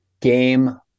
Game